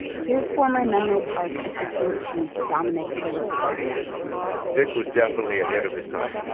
here's former menlo park assistant chief dominick peloso, again vic was definitely ahead of his time.